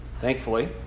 thankfully